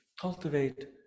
cultivate